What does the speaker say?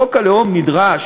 חוק הלאום נדרש